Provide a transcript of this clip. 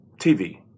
TV